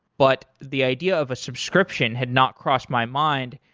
but the idea of a subscription had not crossed my mind.